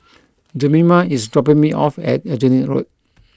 Jemima is dropping me off at Aljunied Road